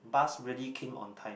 bus really came on time